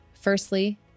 Firstly